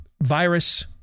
virus